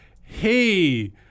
hey